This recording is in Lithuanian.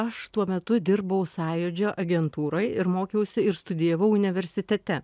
aš tuo metu dirbau sąjūdžio agentūroj ir mokiausi ir studijavau universitete